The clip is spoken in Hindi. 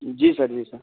जी सर जी सर